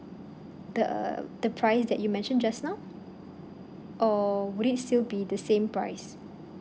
the the price that you mention just now or would it still be the same price